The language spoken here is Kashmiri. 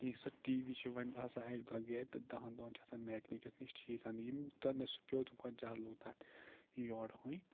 کیٚنٛہہ سُہ ٹی وی چھُ وۅنۍ آسان اَکہِ دۄہ گَرِ تہٕ دَہَن دۄہَن چھِ آسان میٚکنِکَس نِش ٹھیٖک اننہِ یٔمۍ تَنہٕ سُہ پٮ۪و تیٛوٗتاہ زیادٕ لوٚگ تَتھ یورٕکُے